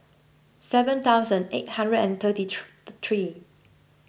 seven thousand eight hundred and sixty three three